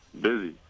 busy